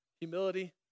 humility